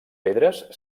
pedres